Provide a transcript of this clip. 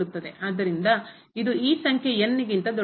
ಆದ್ದರಿಂದ ಇದು ಈ ಸಂಖ್ಯೆ ಗಿಂತ ದೊಡ್ಡದಾಗಿದೆ